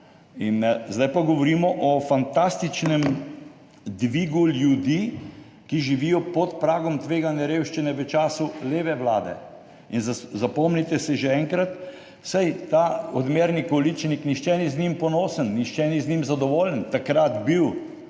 Zdaj pa govorimo o fantastičnem dvigu ljudi, ki živijo pod pragom tveganja revščine, v času leve vlade. In zapomnite si že enkrat, saj ta odmerni količnik, nihče ni nanj ponosen, nihče ni z njim zadovoljen, takrat je